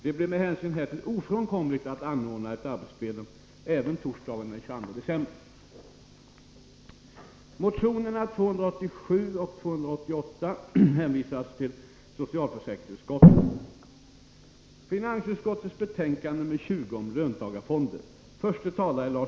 Det blir med hänsyn härtill ofrånkomligt att anordna ett arbetsplenum även torsdagen den 22 december.